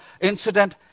incident